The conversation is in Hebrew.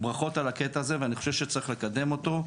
ברכות על הנושא הזה ואני חושב שצריך לקדם אותו.